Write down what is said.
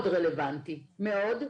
מאוד רלוונטי, מאוד.